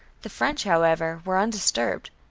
the french, however, were undisturbed.